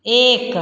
एक